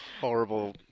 Horrible